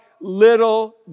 little